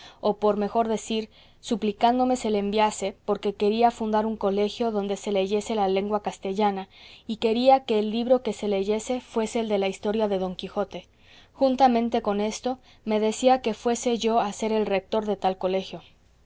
o por mejor decir suplicándome se le enviase porque quería fundar un colegio donde se leyese la lengua castellana y quería que el libro que se leyese fuese el de la historia de don quijote juntamente con esto me decía que fuese yo a ser el rector del tal colegio